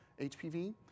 HPV